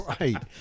right